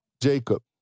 Jacob